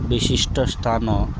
ବିଶିଷ୍ଟ ସ୍ଥାନ